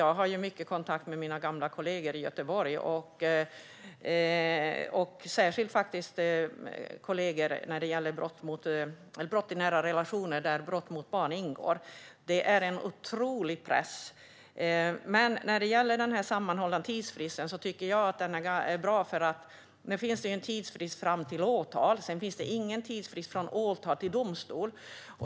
Jag har mycket kontakt med mina gamla kollegor i Göteborg, särskilt med kollegor som arbetar med brott i nära relationer, där brott mot barn ingår. Det är en otrolig press. Jag tycker att den sammanhållna tidsfristen är bra. Nu finns det en tidsfrist fram till åtal men ingen tidsfrist från åtal till domstol.